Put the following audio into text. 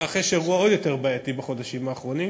התרחש אירוע עוד יותר בעייתי בחודשים האחרונים,